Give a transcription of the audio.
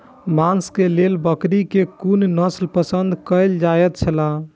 मांस के लेल बकरी के कुन नस्ल पसंद कायल जायत छला?